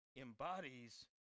embodies